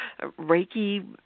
Reiki